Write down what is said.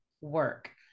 work